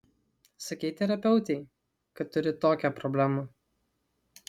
sakei terapeutei kad turi tokią problemą